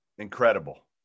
Incredible